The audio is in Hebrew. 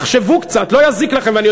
תחשבו קצת, לא יזיק לכם, אז מה אתה מציע?